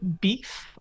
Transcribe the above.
beef